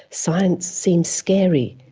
science seems scary,